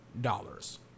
dollars